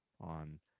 on